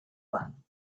one